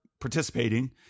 participating